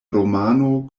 romano